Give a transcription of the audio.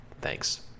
Thanks